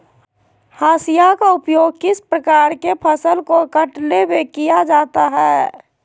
हाशिया का उपयोग किस प्रकार के फसल को कटने में किया जाता है?